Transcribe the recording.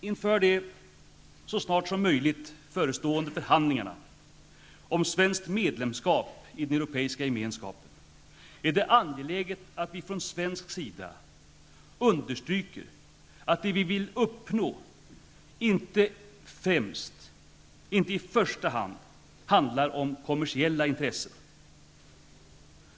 Inför de så snart som möjligt förestående förhandlingarna om svenskt medlemskap i den Europeiska gemenskapen, är det angeläget att vi från svensk sida understryker att det vi vill uppnå inte främst handlar om kommersiella intressen.